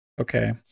Okay